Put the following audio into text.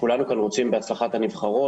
שכולנו כאן רוצים בהצלחת הנבחרות